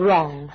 Wrong